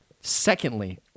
Secondly